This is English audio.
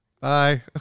Bye